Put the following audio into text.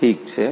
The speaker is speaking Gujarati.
ઠીક છે